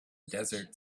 desert